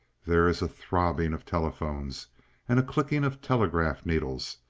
there is a throbbing of telephones and a clicking of telegraph needles,